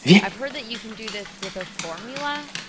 i've heard that you can do this with a formula.